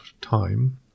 time